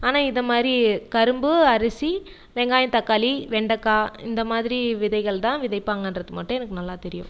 ஆனால் இதுமாதிரி கரும்பு அரிசி வெங்காயம் தக்காளி வெண்டக்காய் இந்தமாதிரி விதைகள்தான் விதைப்பாங்கன்றது மட்டும் எனக்கு நல்லா தெரியும்